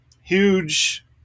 huge